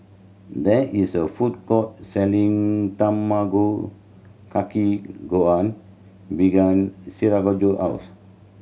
there is a food court selling Tamago Kake Gohan behind Sergio house